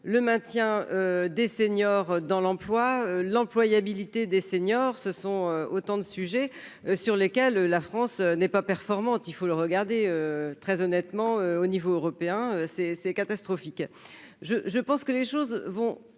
Le maintien des seniors dans l'emploi, l'employabilité des seniors, ce sont autant de sujets sur lesquels la France n'est pas performante, il faut le regarder très honnêtement au niveau européen c'est c'est catastrophique je, je pense que les choses vont